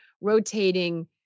rotating